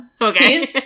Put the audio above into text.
Okay